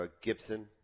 Gibson